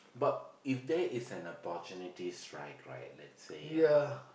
but if there is a opportunities right right let's say uh